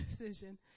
decision